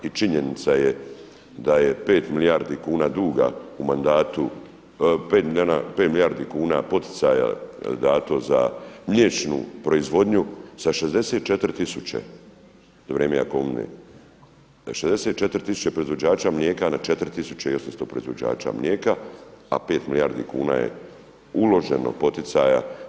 I činjenica je da je 5 milijardi kuna duga u mandatu, 5 milijardi kuna poticaja dato za mliječnu proizvodnju sa 64000 za vrijeme Jakovine, 64000 proizvođača mlijeka na 4800 proizvođača mlijeka, a 5 milijardi kuna je uloženo poticaja.